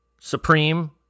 supreme